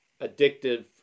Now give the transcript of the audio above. addictive